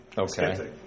okay